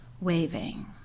waving